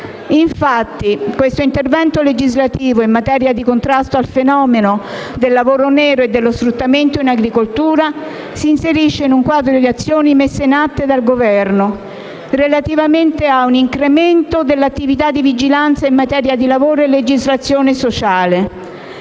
Infatti, questo intervento legislativo in materia di contrasto al fenomeno del lavoro nero e dello sfruttamento del lavoro in agricoltura si inserisce in un quadro di azioni messe in atto dal Governo relativamente a un incremento dell'attività di vigilanza in materia di lavoro e legislazione sociale.